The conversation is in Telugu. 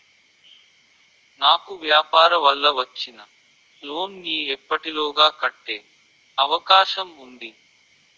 నాకు వ్యాపార వల్ల వచ్చిన లోన్ నీ ఎప్పటిలోగా కట్టే అవకాశం ఉంది?